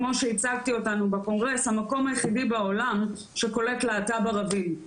כמו שהצגתי אותנו בקונגרס: ״המקום היחידי בעולם שקולט להט״ב ערבים״.